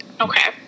Okay